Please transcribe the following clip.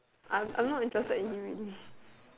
I'm I'm not interested in him already